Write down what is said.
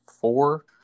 four